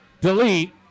delete